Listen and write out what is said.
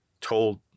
told